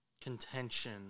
contention